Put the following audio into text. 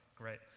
Right